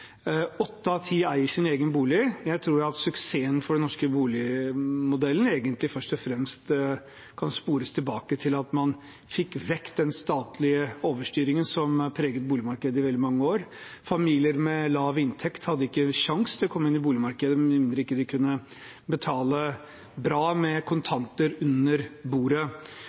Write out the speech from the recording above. Åtte av ti eier sin egen bolig. Jeg tror egentlig at suksessen for den norske boligmodellen først og fremst kan spores tilbake til at man fikk vekk den statlige overstyringen som preget boligmarkedet i veldig mange år. Familier med lav inntekt hadde ikke en sjanse til å komme inn i boligmarkedet med mindre de kunne betale bra med kontanter under bordet.